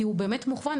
כי הוא באמת מכוון,